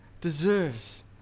deserves